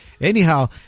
Anyhow